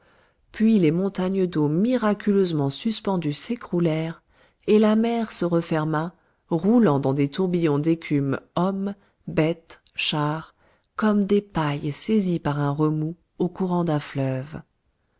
puis les montagnes d'eau miraculeusement suspendues s'écroulèrent et la mer se referma roulant dans des tourbillons d'écume hommes bêtes chars comme des pailles saisies par un remous au courant d'un fleuve